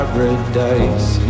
Paradise